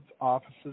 offices